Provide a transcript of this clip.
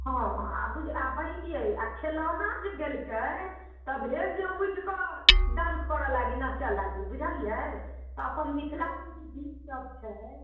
हँ आ बुझ बहीन यै आ खेलौना जे गैलकै से भेल जे उठि कऽ डांस करय लागी नाचऽ लागी बुझलियै तऽ अपन मिथिलाके जे गीतसभ छै